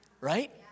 Right